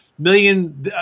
million